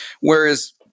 whereas